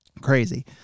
crazy